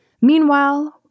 Meanwhile